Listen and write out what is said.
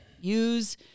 use